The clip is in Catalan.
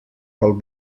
pel